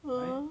ah